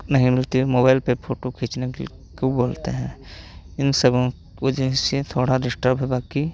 नहीं मिलती मोबाइल पे फोटो खींचने के लिए को बोलते हैं इन सबों वजह से थोड़ा डिस्टर्ब है बाकी